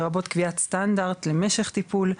לרבות קביעת סטנדרט למשך טיפול,